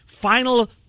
Final